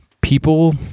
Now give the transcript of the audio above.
people